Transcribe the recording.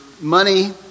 money